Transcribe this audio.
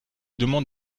demande